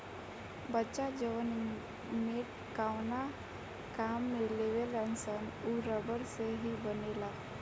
बच्चा जवन मेटकावना काम में लेवेलसन उ रबड़ से ही न बनेला